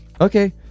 Okay